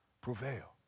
prevail